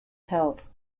health